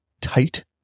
tight